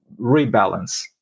rebalance